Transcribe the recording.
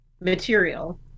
material